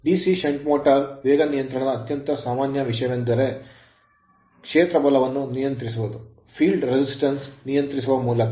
DC shunt motor shunt motor ವೇಗ ನಿಯಂತ್ರಣದ ಅತ್ಯಂತ ಸಾಮಾನ್ಯ ವಿಧಾನವೆಂದರೆ ಕ್ಷೇತ್ರ ಬಲವನ್ನು ನಿಯಂತ್ರಿಸುವುದು field ಕ್ಷೇತ್ರ resistance ಪ್ರತಿರೋಧವನ್ನು ನಿಯಂತ್ರಿಸುವ ಮೂಲಕ